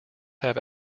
have